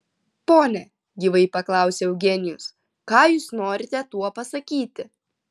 pone gyvai paklausė eugenijus ką jūs norite tuo pasakyti